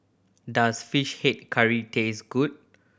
does Fish Head Curry taste good